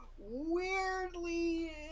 weirdly